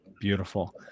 Beautiful